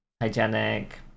hygienic